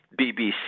BBC